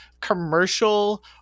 commercial